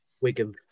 Wigan